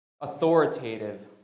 authoritative